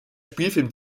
spielfilm